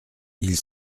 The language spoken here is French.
ils